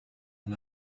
على